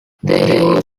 there